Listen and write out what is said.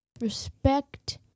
Respect